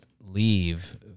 leave